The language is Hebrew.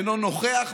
אינו נוכח,